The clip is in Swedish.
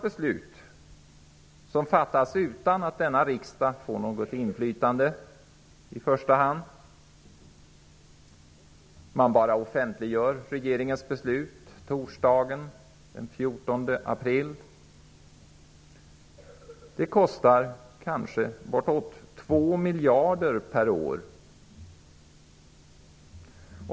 Beslutet fattades utan att i första hand riksdagen hade något inflytande -- regeringen bara offentliggjorde sitt beslut torsdagen den 14 april. Det kostar kanske bortåt 2 miljarder per år.